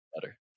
better